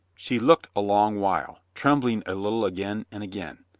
she looked a long while, trembling a little again and again.